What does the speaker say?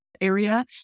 area